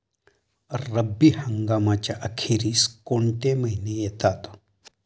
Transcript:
रब्बी हंगामाच्या अखेरीस कोणते महिने येतात?